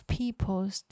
peoples